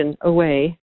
away